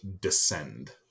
Descend